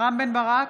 רם בן ברק,